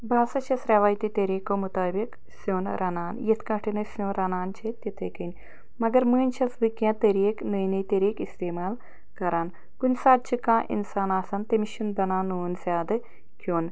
بہٕ ہَسا چھیٚس ریٚوٲتی طریٖقو مُطٲبق سیٛن رنان یِتھ کٲٹھۍ أسۍ سیٛن رنان چھِ تتھٔے کٔنۍ مگر مٔنٛزۍ چھیٚس بہٕ کیٚنٛہہ طریٖقہٕ نٔے مٔے طریٖقہٕ استعمال کران کُنہ ساتہٕ چھُ کانٛہہ انسان آسان تٔمس چھُنہٕ بنان نوٗن زیادٕ کھیٛون